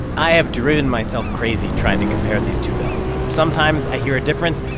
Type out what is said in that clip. i have driven myself crazy trying to compare these two bells. sometimes i hear a difference,